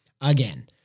again